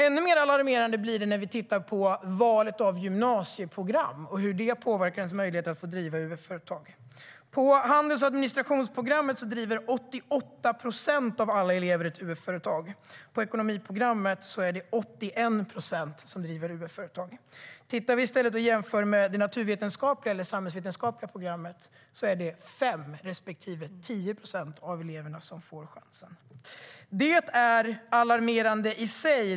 Ännu mer alarmerande blir det när vi tittar på valet av gymnasieprogram och hur det påverkar elevernas möjligheter att få driva UF-företag. På handels och administrationsprogrammet driver 88 procent av alla elever ett UF-företag. På ekonomiprogrammet är det 81 procent som driver ett UF-företag. När vi jämför med eleverna på det naturvetenskapliga och samhällsvetenskapliga programmet är det 5 respektive 10 procent av eleverna som får chans att driva ett UF-företag.